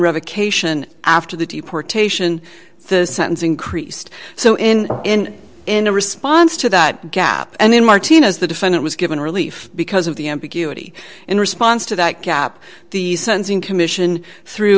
revocation after the deportation sentencing creased so in and in a response to that gap and then martinez the defendant was given relief because of the ambiguity in response to that gap the sensing commission through